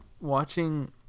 watching